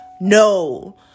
no